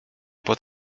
pod